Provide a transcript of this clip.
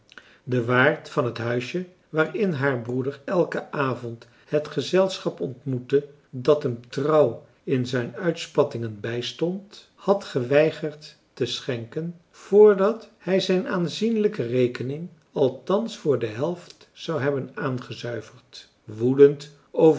de waard van het huisje waarin haar broeder elken avond het gezelschap ontmoette dat hem trouw in zijn uitspattingen bijstond had geweigerd te schenken voordat hij zijn aanzienlijke rekening althans voor de helft zou hebben aangezuiverd woedend over